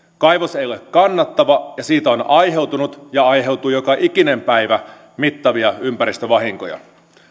kaivos ei ole kannattava ja siitä on on aiheutunut ja aiheutuu joka ikinen päivä mittavia ympäristövahinkoja